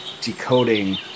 decoding